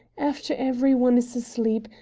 after every one is asleep,